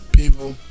people